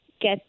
get